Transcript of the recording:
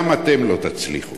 גם אתם לא תצליחו.